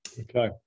Okay